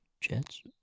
Jets